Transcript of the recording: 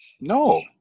No